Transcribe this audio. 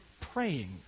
praying